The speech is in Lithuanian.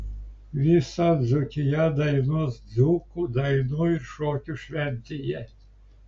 visa dzūkija dainuos dzūkų dainų ir šokių šventėje